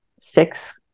six